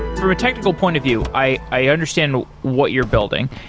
from a technical point of view, i i understand what you're building.